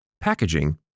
packaging